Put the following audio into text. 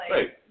Right